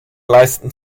leisten